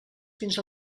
fins